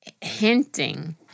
hinting